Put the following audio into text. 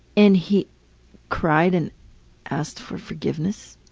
and he cried and asked for forgiveness.